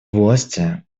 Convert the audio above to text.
власти